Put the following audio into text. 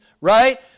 right